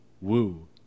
Woo